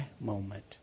moment